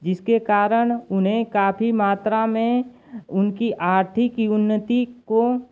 जिसके कारण उन्हें काफ़ी मात्रा में उनकी आर्थिक उन्नति को